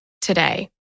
today